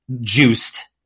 juiced